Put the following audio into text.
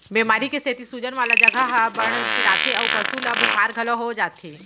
बेमारी के सेती सूजन वाला जघा ह बड़ पिराथे अउ पसु ल बुखार घलौ हो जाथे